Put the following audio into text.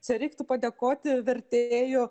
čia reiktų padėkoti vertėjų